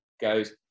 goes